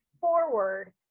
forward